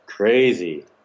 Crazy